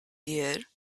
year